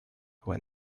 when